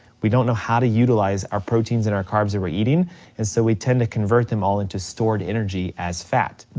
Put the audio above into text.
we don't know how to utilize our proteins and our carbs that we're eating and so we tend to convert them all into stored energy as fat.